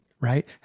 right